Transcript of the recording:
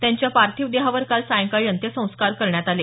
त्यांच्या पार्थिव देहावर काल सायंकाळी अंत्यसंस्कार करण्यात आले